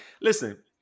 listen